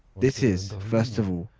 this is, first of all,